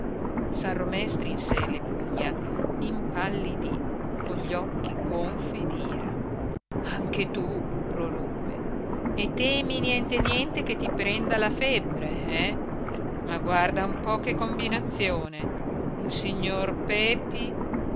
capo san romé strinse le pugna impallidì con gli occhi gonfi d'ira anche tu proruppe e temi niente niente che ti prenda la febbre eh ma guarda un po che combinazione il signor pepi